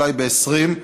אולי ב-20,